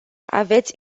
aveți